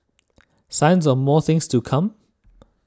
signs of more things to come